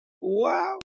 Wow